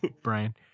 Brian